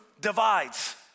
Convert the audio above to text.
divides